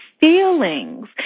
feelings